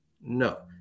no